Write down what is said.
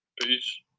Peace